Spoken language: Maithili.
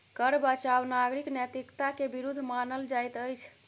कर बचाव नागरिक नैतिकता के विरुद्ध मानल जाइत अछि